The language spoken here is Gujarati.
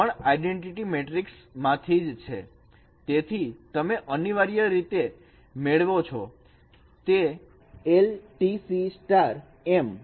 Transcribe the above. તેથી તમે અનિવાર્ય રીતે જે મેળવો છો તે l T C m